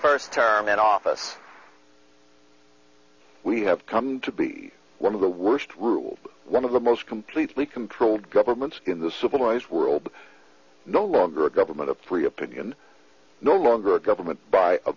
first term in office we have come to be one of the worst ruled one of the most completely controlled governments in the civilized world no longer a government of free opinion no longer a government by a